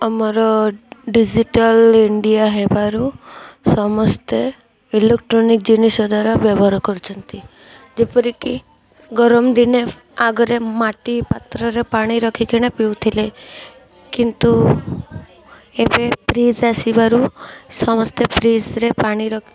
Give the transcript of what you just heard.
ଆମର digital India ହେବାରୁ ସମସ୍ତେ ଇଲକ୍ଟ୍ରୋନିକ୍ ଜିନିଷ ଦ୍ୱାରା ବ୍ୟବହାର କରୁଛନ୍ତି ଯେପରିକି ଗରମ ଦିନେ ଆଗରେ ମାଟି ପାତ୍ରରେ ପାଣି ରଖିକି ନା ପିଉଥିଲେ କିନ୍ତୁ ଏବେ ଫ୍ରିଜ୍ ଆସିବାରୁ ସମସ୍ତେ ଫ୍ରିଜ୍ରେ ପାଣି